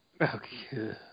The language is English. Okay